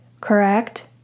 Correct